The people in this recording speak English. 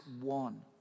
one